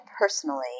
personally